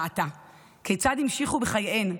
כיצד המשיכו את חייהן?